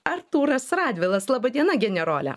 artūras radvilas laba diena generole